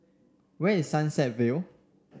where is Sunset View